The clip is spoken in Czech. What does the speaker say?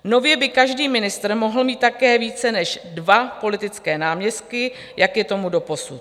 Nově by každý ministr mohl mít také více než dva politické náměstky, jak je tomu doposud.